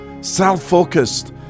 self-focused